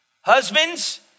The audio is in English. Husbands